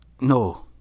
No